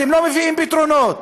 אתם לא מביאים פתרונות.